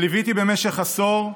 שליוויתי במשך עשור,